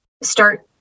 start